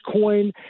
coin